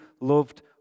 loved